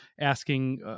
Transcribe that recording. asking